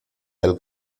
del